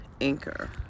Anchor